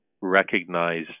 recognize